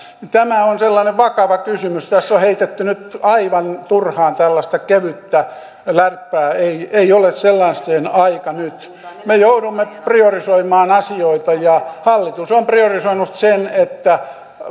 tämä on sellainen vakava kysymys tässä on heitetty nyt aivan turhaan tällaista kevyttä läppää ei ei ole sellaisen aika nyt me joudumme priorisoimaan asioita ja hallitus on priorisoinut sen että